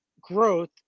growth